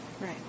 Right